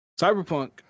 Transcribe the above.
Cyberpunk